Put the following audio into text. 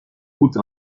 coûte